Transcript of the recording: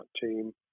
team